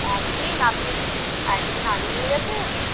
একদিন আপনি কী কিছু একদিন আগে নিয়ে গেছেন